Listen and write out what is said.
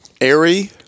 Airy